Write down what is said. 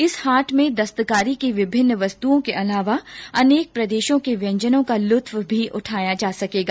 इस हाट में दस्तकारी की विभिन्न वस्तुओं के अलावा अनेक प्रदेशों के व्यजंनों का लुत्फ भी उठाया जा सकेगा